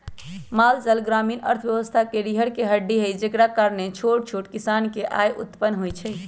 माल जाल ग्रामीण अर्थव्यवस्था के रीरह के हड्डी हई जेकरा कारणे छोट छोट किसान के आय उत्पन होइ छइ